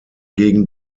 gegen